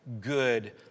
good